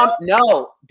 No